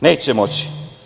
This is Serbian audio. Neće moći.